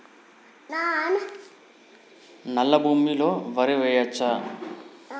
నల్లా భూమి లో వరి వేయచ్చా?